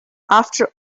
after